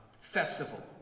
festival